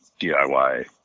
DIY